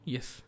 Yes